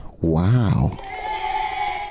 Wow